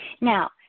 Now